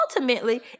ultimately